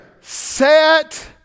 set